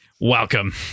Welcome